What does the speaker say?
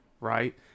Right